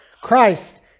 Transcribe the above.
Christ